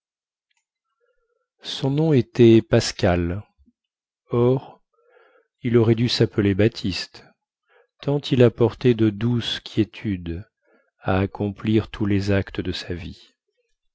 son nom était pascal or il aurait dû sappeler baptiste tant il apportait de douce quiétude à accomplir tous les actes de sa vie